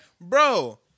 Bro